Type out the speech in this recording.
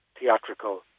theatrical